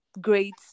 great